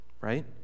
right